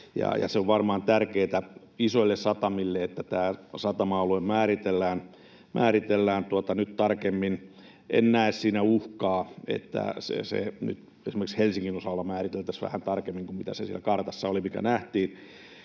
Se on varmaan tärkeätä isoille satamille, että tämä satama-alue määritellään nyt tarkemmin. En näe siinä uhkaa, että se nyt esimerkiksi Helsingin osalta määriteltäisiin vähän tarkemmin kuin mitä se siellä kartassa oli, mikä nähtiin,